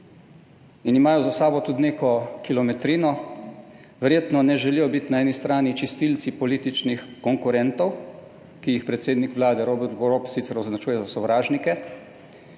in imajo za sabo tudi neko kilometrino, verjetno ne želijo biti na eni strani čistilci političnih konkurentov, ki jih predsednik Vlade Robert Golob sicer označuje za sovražnike,